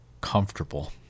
comfortable